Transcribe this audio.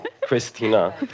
christina